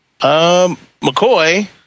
McCoy